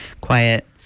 quiet